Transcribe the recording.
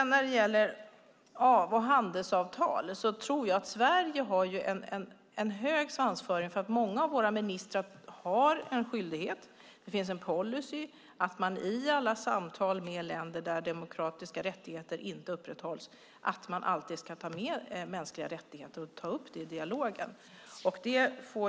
När det gäller handelsavtal har Sverige en hög svansföring. Det finns en policy, och många av våra ministrar har en skyldighet att i alla samtal med länder där demokratiska rättigheter inte upprätthålls ta upp mänskliga rättigheter i dialogen.